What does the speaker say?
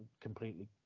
completely